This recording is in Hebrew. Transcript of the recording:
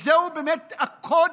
וזהו באמת הקוד,